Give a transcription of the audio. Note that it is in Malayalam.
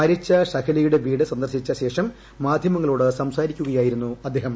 മരിച്ച ഷഹ്ലയുടെ വീട് സന്ദർശിച്ച ശേഷം മാധ്യമങ്ങളോട് സംസാരിക്കുകയായിരുന്നു അദ്ദേഹം